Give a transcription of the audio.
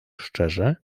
szczerze